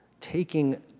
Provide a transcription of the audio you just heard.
taking